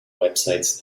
websites